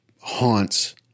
haunts